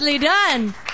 Done